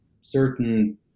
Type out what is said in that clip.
certain